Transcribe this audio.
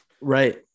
Right